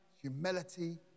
humility